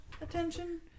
attention